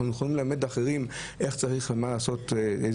אנחנו יכולים ללמד אחרים איך לעשות ומה צריך לעשות כדי